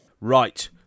Right